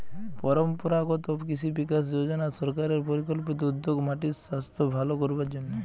পরম্পরাগত কৃষি বিকাশ যজনা সরকারের পরিকল্পিত উদ্যোগ মাটির সাস্থ ভালো করবার জন্যে